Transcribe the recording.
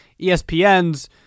ESPN's